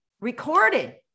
recorded